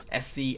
Sc